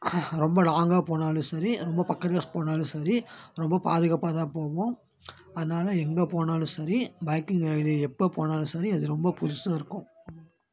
ரொம்ப லாங்காக போனாலும் சரி ரொம்ப பக்கத்தில் போனாலும் சரி ரொம்ப பாதுகாப்பாகதான் போவோம் அதனால் எங்கே போனாலும் சரி பைக்கிங் இது எப்போ போனாலும் சரி அது ரொம்ப புதுசாக இருக்கும்